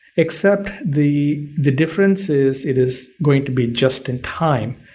except the the difference is, it is going to be just in time,